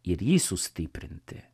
ir jį sustiprinti